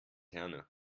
herne